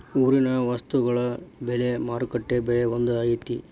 ಊರಿನ ವಸ್ತುಗಳ ಬೆಲೆ ಮಾರುಕಟ್ಟೆ ಬೆಲೆ ಒಂದ್ ಐತಿ?